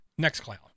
Nextcloud